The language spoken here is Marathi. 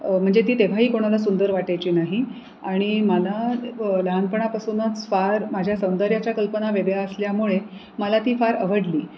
म्हणजे ती तेव्हाही कोणाला सुंदर वाटायची नाही आणि मला लहानपणापासूनच फार माझ्या सौंदर्याच्या कल्पना वेगळ्या असल्यामुळे मला ती फार आवडली